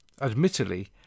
Admittedly